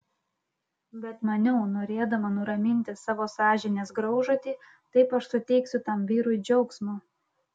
bet maniau norėdama nuraminti savo sąžinės graužatį taip aš suteiksiu tam vyrui džiaugsmo